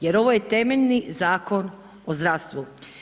Jer ovo je temeljni zakon o zdravstvu.